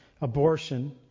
abortion